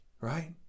Right